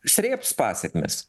srėbs pasekmes